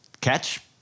catch